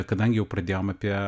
kadangi jau pradėjom apie